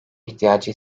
ihtiyacı